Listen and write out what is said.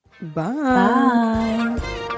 bye